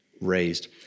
raised